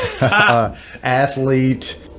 athlete